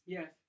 Yes